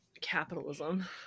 Capitalism